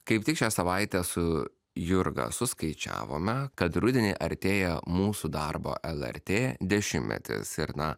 kaip tik šią savaitę su jurga suskaičiavome kad rudenį artėja mūsų darbo lrt dešimtmetis ir na